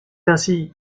ainsi